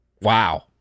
Wow